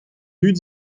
dud